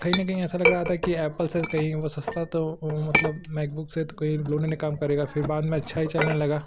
कहीं न कहीं ऐसा लग रहा था कि ऐप्पल से तो कहीं वह सस्ता तो वो मतलब मैकबुक से तो कहीं लोनोने काम करेगा फिर बाद में अच्छा ही चलने लगा